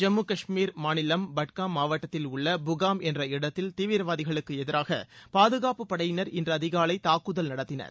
ஜம்மு கஷ்மீர் மாநிலம் பட்காம் மாவட்டத்தில் உள்ள புகாம் என்ற இடத்தில் தீவிரவாதிகளுக்கு எதிராக பாதுகாப்புப் படையினர் இன்று அதிகாலை தாக்குதல் நடத்தினர்